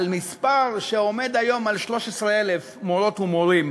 על מספר שעומד היום על 13,000 מורות ומורים